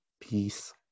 peace